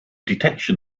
detection